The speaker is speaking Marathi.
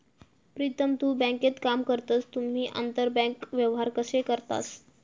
प्रीतम तु बँकेत काम करतस तुम्ही आंतरबँक व्यवहार कशे करतास?